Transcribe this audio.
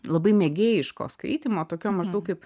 labai mėgėjiško skaitymo tokio maždaug kaip